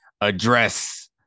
address